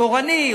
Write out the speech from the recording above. תורני,